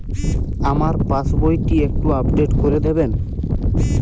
আমার পাসবই টি একটু আপডেট করে দেবেন?